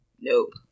Nope